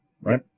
right